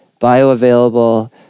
bioavailable